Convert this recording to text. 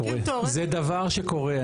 זה דבר שקורה.